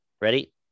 ready